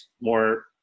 more